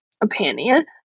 opinion